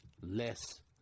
less